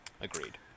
Agreed